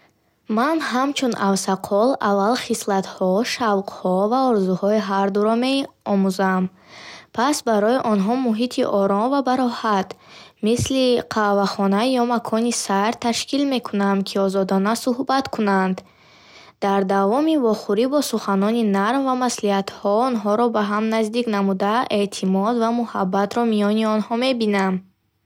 Ман ҳамчун авсақол аввал хислатҳо, шавқҳо ва орзуҳои ҳардуро хуб меомӯзам. Пас барои онҳо муҳити ором ва бароҳат, мисли қаҳвахона ё макони сайр, ташкил мекунам, ки озодона сӯҳбат кунанд. Дар давоми вохӯрӣ бо суханони нарм ва маслиҳатҳо онҳоро ба ҳам наздик намуда, эътимод ва муҳаббатро миёни онҳо мебинам.